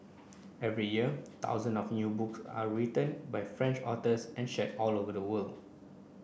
every year thousand of new book are written by French authors and shared all over the world